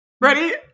Ready